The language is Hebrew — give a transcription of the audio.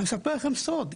אך אני אספר לכם סוד,